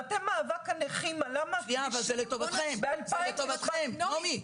מטה מאבק הנכים --- זה לטובתכם, נעמי.